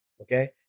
Okay